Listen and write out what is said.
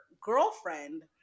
girlfriend